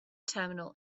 terminal